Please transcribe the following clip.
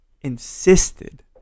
insisted